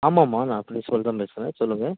ஆமாம்மா நான் பிரின்ஸ்பல் தான் பேசுகிறேன் சொல்லுங்க